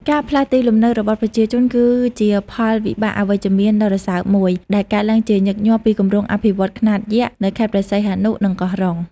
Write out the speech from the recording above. ការផ្លាស់ទីលំនៅរបស់ប្រជាជន គឺជាផលវិបាកអវិជ្ជមានដ៏រសើបមួយ ដែលកើតឡើងជាញឹកញាប់ពីគម្រោងអភិវឌ្ឍន៍ខ្នាតយក្សនៅខេត្តព្រះសីហនុ និងកោះរ៉ុង។